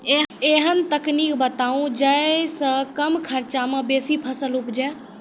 ऐहन तकनीक बताऊ जै सऽ कम खर्च मे बेसी फसल उपजे?